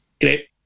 great